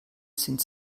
sind